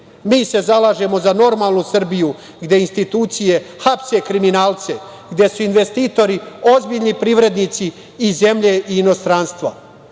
se zalažemo za normalnu Srbiju gde institucije hapse kriminalce, gde su investitori ozbiljni privrednici iz zemlje i inostranstva,